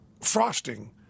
frosting